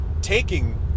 taking –